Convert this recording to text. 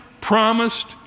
promised